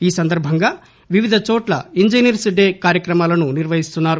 ఈ సందర్భంగా వివిధ చోట్ల ఇంజనీర్స్ డే కార్యక్రమాలను నిర్వహిస్తున్నారు